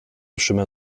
chemin